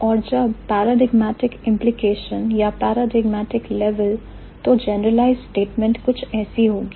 और जब paradigmatic implication या paragigmatic level तो जनरलाइज्ड स्टेटमेंट कुछ ऐसी होगी